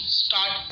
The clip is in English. start